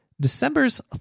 December's